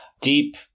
deep